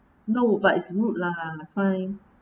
no but it's rude lah fine